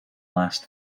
last